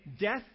death